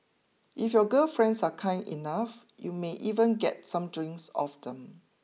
if your girl friends are kind enough you may even get some drinks off them